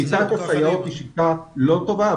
שיטת הסייעות היא שיטה לא טובה,